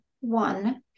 one